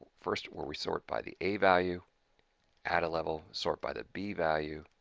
first where we sort by the a value add a level, sort by the b value,